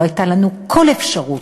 לא הייתה לנו כל אפשרות,